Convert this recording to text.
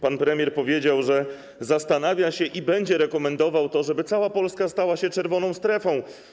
Pan premier powiedział, że zastanawia się i będzie rekomendował to, żeby cała Polska stała się czerwoną strefą.